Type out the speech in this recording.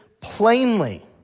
plainly